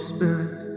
Spirit